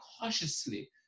cautiously